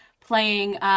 playing